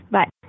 Bye